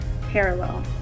parallel